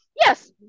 yes